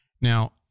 Now